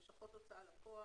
לשכות הוצאה לפועל,